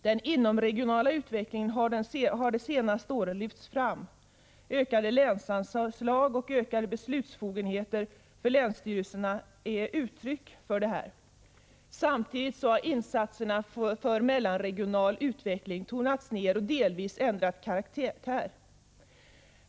Den inomregionala utvecklingen har under de senaste åren lyfts fram. Ökade länsanslag och beslutsbefogenheter för länsstyrelserna är uttryck för det. Samtidigt har insatserna för mellanregional utveckling tonats ned och delvis ändrat karaktär.